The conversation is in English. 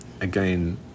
again